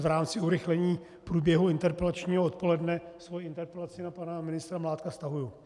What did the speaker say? V rámci urychlení průběhu interpelačního odpoledne svoji interpelaci na pana ministra Mládka stahuji.